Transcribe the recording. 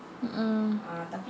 mm mm